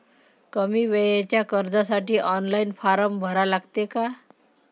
कमी वेळेच्या कर्जासाठी ऑनलाईन फारम भरा लागते का?